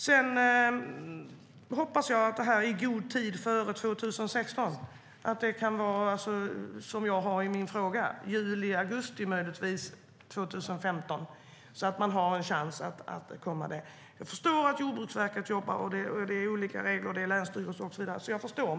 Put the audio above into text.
Jag hoppas att det är klart i god tid före 2016, som jag tar upp i min fråga, och möjligtvis i juli augusti 2015, så att man får en chans. Jag förstår att Jordbruksverket jobbar. Det är olika regler, och det är också länsstyrelsen som är inblandad och så vidare. Jag förstår det.